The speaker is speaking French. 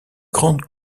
grandes